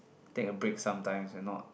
take a break sometimes and not